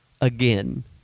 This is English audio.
again